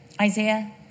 Isaiah